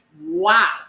Wow